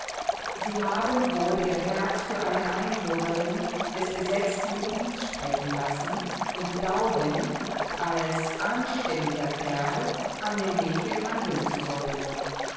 sie haben wohl ihr herz für eine einwohnerin des besetzten gebiets sprechen lassen und glauben als anständiger kerl an dem mädchen handeln zu sollen